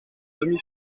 demi